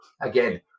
Again